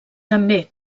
també